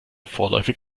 vorläufig